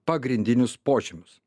pagrindinius požymius